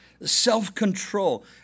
self-control